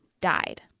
died